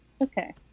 okay